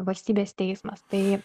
valstybės teismas tai